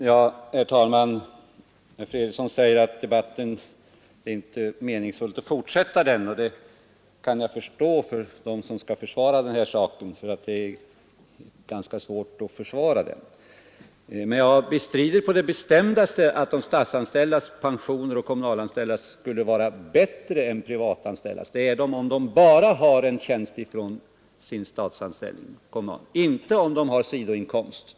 Herr talman! Herr Fredriksson säger att det inte är meningsfullt att fortsätta debatten, och det kan jag förstå att det inte är för den som skall försvara utskottsmajoritetens ståndpunkt, för det är ganska svårt. Men jag bestrider på det bestämdaste att de statsanställdas och kommunalanställdas pensioner härvidlag skulle vara bättre än de privatanställdas. Det kan möjligen vara så för dem som bara har inkomst från sin statsanställning, inte för dem som har sidoinkomst.